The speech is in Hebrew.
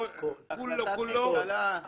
כולו כולו --- זו הייתה החלטת ממשלה.